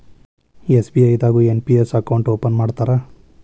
SBI ದಾಗು NPS account open ಮಾಡ್ತಾರಾ